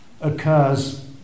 occurs